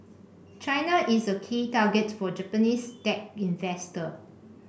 China is a key target for Japanese tech investor